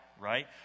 right